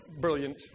Brilliant